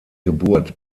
geburt